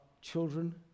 children